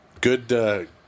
Good